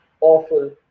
awful